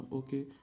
okay